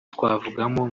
twavugamo